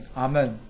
amen